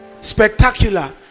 spectacular